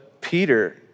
Peter